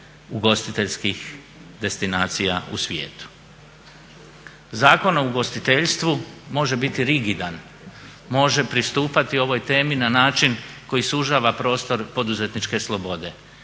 ugostiteljskih destinacija u svijetu. Zakon o ugostiteljstvu može biti rigidan, može pristupati ovoj temi na način koji sužava prostor poduzetničke slobode.